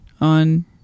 on